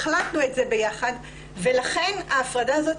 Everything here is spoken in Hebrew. החלטנו את זה ביחד ולכן ההפרדה הזאת